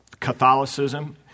Catholicism